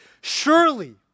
Surely